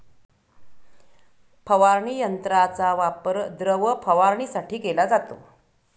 फवारणी यंत्राचा वापर द्रव फवारणीसाठी केला जातो